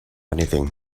anything